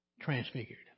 transfigured